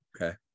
Okay